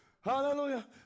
Hallelujah